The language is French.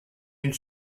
une